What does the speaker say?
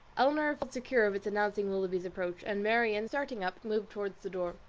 elinor felt secure of its announcing willoughby's approach, and marianne, starting up, moved towards the door.